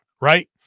right